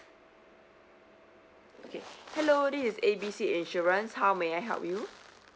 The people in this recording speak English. okay hello this is A B C insurance how may I help you